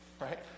Right